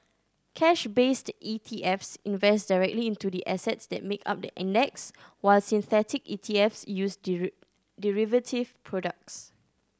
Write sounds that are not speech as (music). cash based E T Fs invest directly into the assets that make up the index while synthetic E T Fs use (unintelligible) derivative products